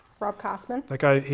rob cosman. that guy,